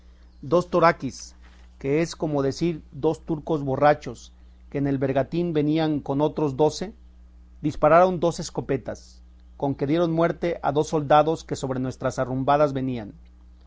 dos toraquís que es como decir dos turcos borrachos que en el bergantín venían con estos doce dispararon dos escopetas con que dieron muerte a dos soldados que sobre nuestras arrumbadas venían